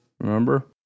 Remember